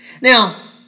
Now